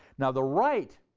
now, the right,